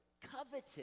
coveted